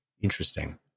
interesting